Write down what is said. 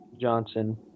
Johnson